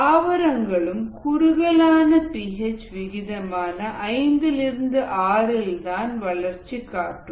தாவரங்களும் குறுகலான P H விகிதமான 5 6 தான் வளர்ச்சி காட்டும்